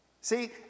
See